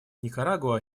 никарагуа